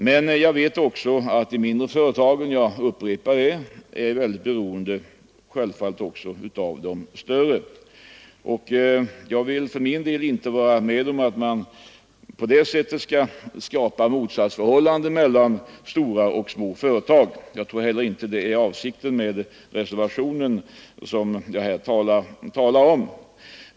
Men jag vet också att de mindre företagen — jag upprepar det — är väldigt beroende av de större, och jag vill för min del inte vara med om att man skapar ett motsatsförhållande mellan stora och små företag. Jag tror heller inte att det är avsikten med reservationen 3.